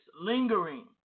lingering